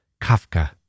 Kafka